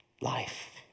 Life